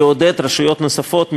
יעודד רשויות נוספות,